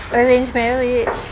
arranged marriage